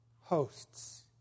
hosts